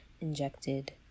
injected